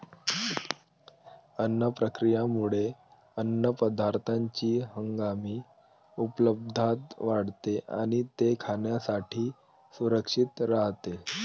अन्न प्रक्रियेमुळे अन्नपदार्थांची हंगामी उपलब्धता वाढते आणि ते खाण्यासाठी सुरक्षित राहते